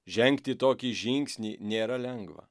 žengti tokį žingsnį nėra lengva